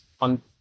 on